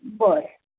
बरं